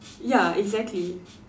ya exactly